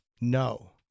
No